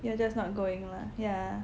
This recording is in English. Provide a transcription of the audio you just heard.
you are just not going lah ya